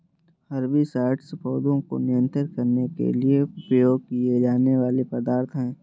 herbicides पौधों को नियंत्रित करने के लिए उपयोग किए जाने वाले पदार्थ हैं